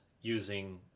using